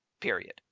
period